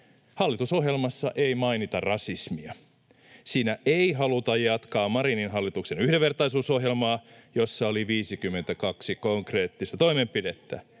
Hallitusohjelmassa ei mainita rasismia. Siinä ei haluta jatkaa Marinin hallituksen yhdenvertaisuusohjelmaa, jossa oli 52 konkreettista toimenpidettä.